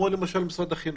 למשל משרד החינוך.